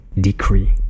decree